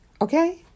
Okay